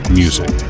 music